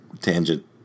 tangent